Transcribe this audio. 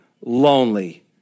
lonely